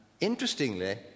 interestingly